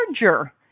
larger